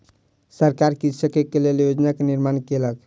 सरकार कृषक के लेल योजना के निर्माण केलक